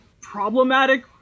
problematic